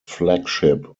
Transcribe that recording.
flagship